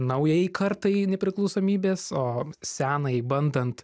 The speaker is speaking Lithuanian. naujajai kartai į nepriklausomybės o senajai bandant